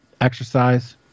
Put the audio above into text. exercise